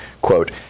quote